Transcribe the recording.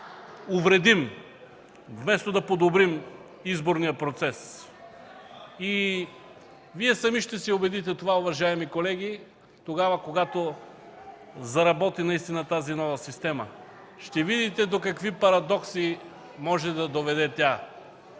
увредим, вместо да подобрим изборния процес. Вие сами ще се убедите в това, уважаеми колеги, когато заработи тази нова система. Ще видите до какви парадокси може да доведе тя.